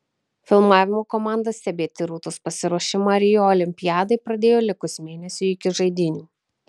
filmavimo komanda stebėti rūtos pasiruošimą rio olimpiadai pradėjo likus mėnesiui iki žaidynių